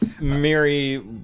Mary